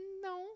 No